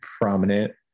prominent